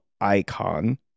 icon